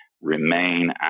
remain